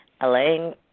Alain